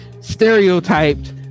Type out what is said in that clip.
stereotyped